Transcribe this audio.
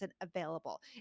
available